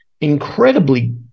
incredibly